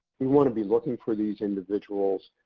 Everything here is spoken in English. we want to be looking for these individuals,